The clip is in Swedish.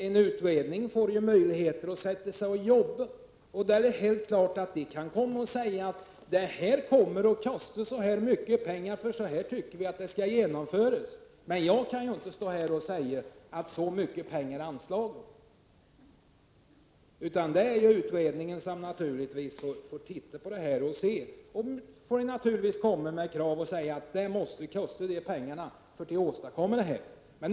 En utredning får möjlighet att arbeta, och då är det klart att utredningen kan säga: Detta kommer att kosta så här mycket, för det tycker vi skall genomföras. Men jag kan inte stå här och säga att så mycket pengar har anslagits. Det är naturligtvis utredningen som får komma med krav och säga: Det kostar så mycket att åstadkomma detta.